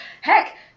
heck